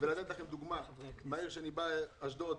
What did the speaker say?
ולתת לכם דוגמה מן העיר שממנה אני בא, אשדוד.